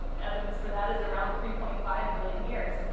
evidence for that is around three point five billion years.